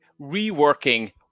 reworking